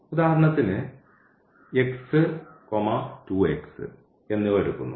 ഉദാഹരണത്തിന് എന്നിവ എടുക്കുന്നു